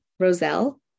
Roselle